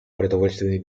продовольственной